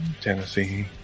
Tennessee